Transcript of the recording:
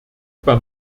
bei